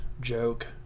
joke